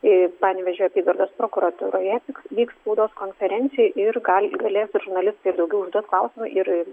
ir panevėžio apygardos prokuratūroje vyks spaudos konferencija ir galite galės ir žurnalistai daugiau užduot klausimų ir